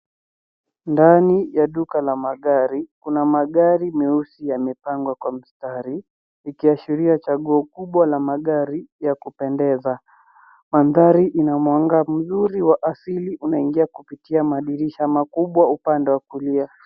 Ndani ya duka la magari kuna magari meusi yamepangwa kwa mstari ikiashiria chaguo kubwa la magari ya kupendeza, mandhari ina mwanga mzuri wa asili unaingia kupitia madirisha makubwa upande wa kulia.